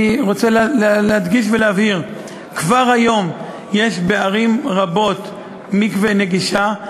אני רוצה להדגיש ולהבהיר: כבר היום יש בערים רבות מקווה נגישה.